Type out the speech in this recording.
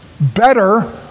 better